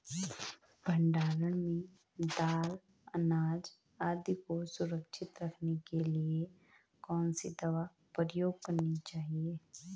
भण्डारण में दाल अनाज आदि को सुरक्षित रखने के लिए कौन सी दवा प्रयोग करनी चाहिए?